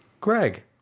greg